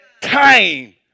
time